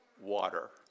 water